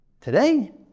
Today